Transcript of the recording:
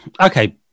okay